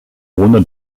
ohne